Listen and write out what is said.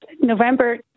November